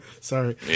Sorry